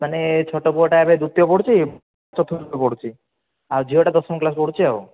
ମାନେ ଛୋଟ ପୁଅଟା ଏବେ ଦ୍ଵିତୀୟ ପଢ଼ୁଛି ଚତୁର୍ଥ ପଢୁଛି ଆଉ ଝିଅଟା ଦଶମ କ୍ଲାସ୍ ପଢ଼ୁଛି ଆଉ